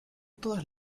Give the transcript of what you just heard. todas